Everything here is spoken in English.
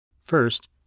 First